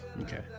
Okay